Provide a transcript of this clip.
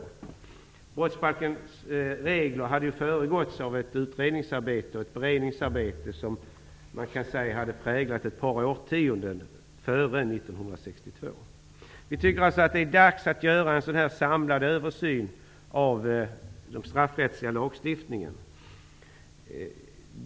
Antagande av brottsbalkens regler hade föregåtts av ett utrednings och beredningsarbete som hade pågått ett par årtionden före 1962. Vi tycker alltså att det nu är dags att göra en samlad översyn av den straffrättsliga lagstiftningen.